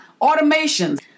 automations